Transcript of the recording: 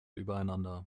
übereinander